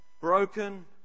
Broken